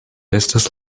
estas